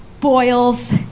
boils